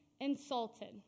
insulted